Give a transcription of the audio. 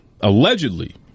allegedly